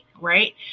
right